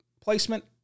placement